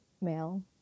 male